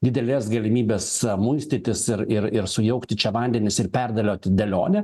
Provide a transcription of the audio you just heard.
didelės galimybės muistytis ir ir ir sujaukti čia vandenis ir perdėlioti dėlionę